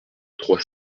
trois